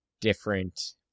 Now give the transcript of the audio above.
different